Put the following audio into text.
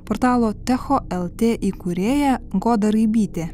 portalo techo lt įkūrėja goda raibytė